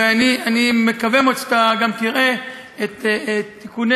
ואני מקווה מאוד שאתה גם תראה את תיקוני